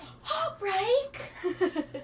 Heartbreak